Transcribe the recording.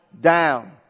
down